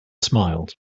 smiled